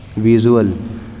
visual